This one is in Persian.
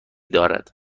دارد